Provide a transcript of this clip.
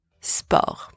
sport